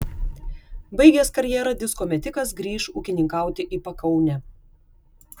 baigęs karjerą disko metikas grįš ūkininkauti į pakaunę